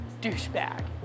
douchebag